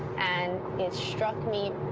and it struck me